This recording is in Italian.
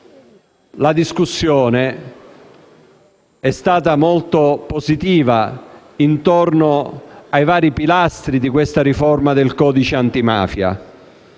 la discussione è stata molto positiva intorno ai vari pilastri di questa riforma del codice antimafia.